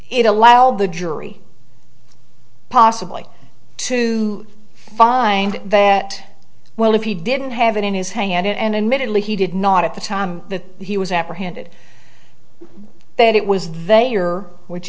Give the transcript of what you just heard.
it allowed the jury possibly to find that well if he didn't have it in his hand and admittedly he did not at the time that he was apprehended that it was they are which